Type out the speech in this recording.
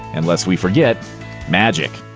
and lest we forget magic!